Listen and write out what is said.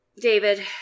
david